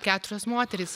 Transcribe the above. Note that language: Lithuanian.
keturios moterys